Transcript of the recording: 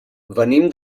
venim